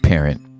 parent